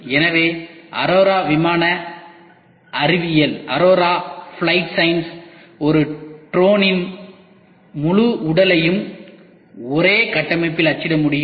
எனவே அரோரா விமான அறிவியல் ஒரு ட்ரோனின் முழு உடலையும் ஒரே கட்டமைப்பில் அச்சிட முடியும்